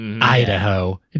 Idaho